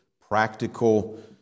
practical